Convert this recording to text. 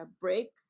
break